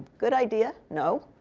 good idea, no.